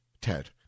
Ted